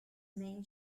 main